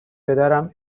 پدرم